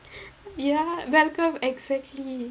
ya bell curve exactly